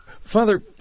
Father